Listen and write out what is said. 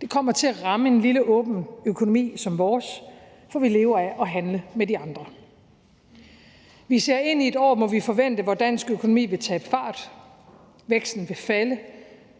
Det kommer til at ramme en lille, åben økonomi som vores, for vi lever af at handle med de andre. Vi ser ind i et år, må vi forvente, hvor dansk økonomi vil tabe fart, væksten vil falde,